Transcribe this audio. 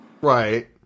Right